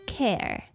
care